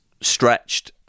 stretched